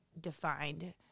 defined